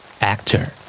Actor